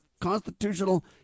constitutional